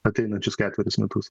ateinančius ketverius metus